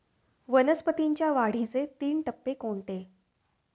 वनस्पतींच्या वाढीचे तीन टप्पे कोणते?